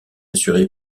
assurée